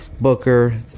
Booker